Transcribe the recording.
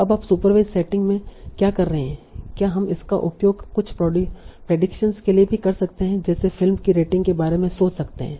अब आप supervised setting में क्या कह रहे हैं क्या हम इसका उपयोग कुछ प्रेडिक्शन के लिए भी कर सकते हैं जैसे फिल्म की रेटिंग्स के बारे में सोच सकते हैं